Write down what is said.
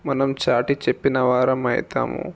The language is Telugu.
మనం చాటి చెప్పిన వారం అవుతాము